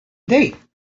date